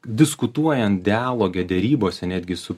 diskutuojant dialoge derybose netgi su